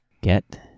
get